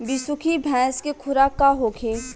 बिसुखी भैंस के खुराक का होखे?